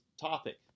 topic